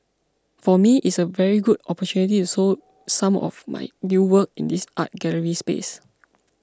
for me it's a very good opportunity so some of my new work in this art gallery space